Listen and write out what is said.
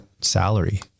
salary